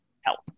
help